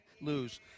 lose